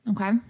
Okay